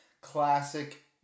Classic